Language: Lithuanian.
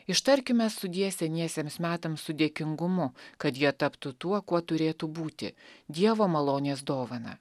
ištarkime sudie seniesiems metams su dėkingumu kad jie taptų tuo kuo turėtų būti dievo malonės dovana